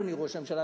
אדוני ראש הממשלה,